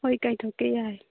ꯍꯣꯏ ꯀꯥꯏꯊꯣꯛꯀꯦ ꯌꯥꯏ